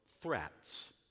threats